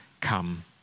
come